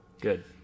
good